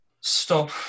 stop